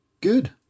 good